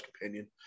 Companion